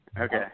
Okay